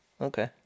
Okay